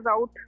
out